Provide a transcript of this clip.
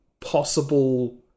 possible